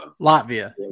Latvia